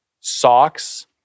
Socks